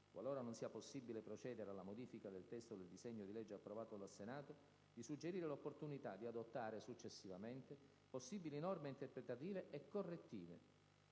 qualora non sia possibile procedere alla modifica del testo del disegno di legge approvato dal Senato, di suggerire l'opportunità di adottare successivamente possibili norme interpretative e correttive,